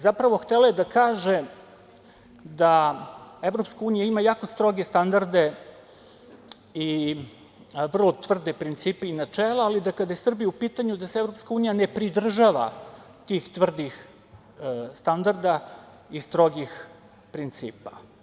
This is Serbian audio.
Zapravo htela je da kaže da EU ima jako stroge standarde i vrlo tvrde principe i načela, ali da kada je Srbija u pitanju da se EU ne pridržava tih tvrdih standarda i strogih principa.